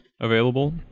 available